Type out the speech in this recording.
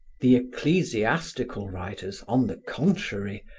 the ecclesiastical writers, on the contrary,